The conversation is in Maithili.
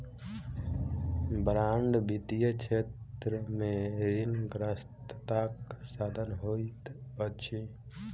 बांड वित्तीय क्षेत्र में ऋणग्रस्तताक साधन होइत अछि